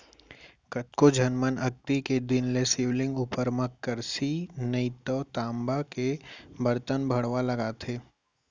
कतको झन मन अक्ती के दिन ले शिवलिंग उपर म करसी नइ तव तामा के बरतन भँड़वा लगाथे